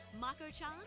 Mako-chan